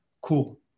cool